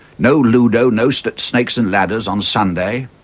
no ludo, no so snakes and ladders on sunday.